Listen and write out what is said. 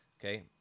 Okay